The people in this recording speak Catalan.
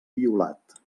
violat